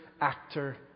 actor